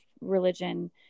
religion